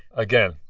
again.